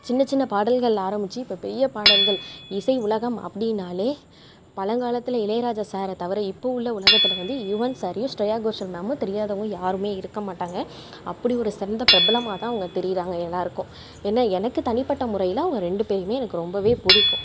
சின்ன சின்ன பாடல்கள் ஆரம்பித்து இப்போ பெரிய பாடல்கள் இசை உலகம் அப்படினாலே பழங்காலத்தில் இளையராஜா சாரை தவிற இப்போது உள்ள உலகத்தில் வந்து யுவன் சாரையும் ஸ்ட்ரேயா கோஷன் மேம்மும் தெரியாதவங்க யாரும் இருக்க மட்டாங்க அப்படி ஒரு சிறந்த பிரபலமாகதான் அவங்க தெரிகிறாங்க எல்லோருக்கும் என்ன எனக்கு தனி பட்ட முறையில் அவங்க ரெண்டு பேரையும் எனக்கு ரொம்ப பிடிக்கும்